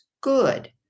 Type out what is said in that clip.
good